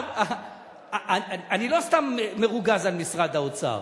אני לא סתם מרוגז על משרד האוצר.